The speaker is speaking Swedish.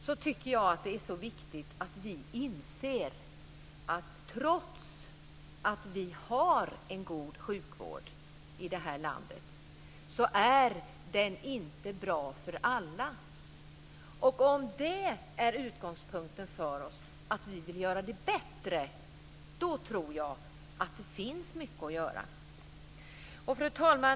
Jag tycker att det är viktigt att vi inser att trots att vi har en god sjukvård i det här landet, är den inte bra för alla. Om utgångspunkten är att vi vill göra det bättre, tror jag att det finns mycket att göra. Fru talman!